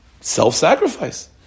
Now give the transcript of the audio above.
self-sacrifice